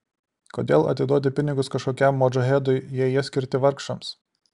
kodėl atiduodi pinigus kažkokiam modžahedui jei jie skirti vargšams